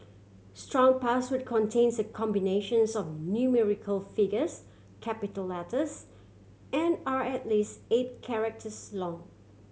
strong password contains a combinations of numerical figures capital letters and are at least eight characters long